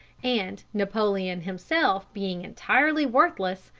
and, napoleon himself being entirely worthless,